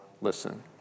listen